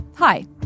Hi